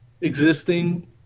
existing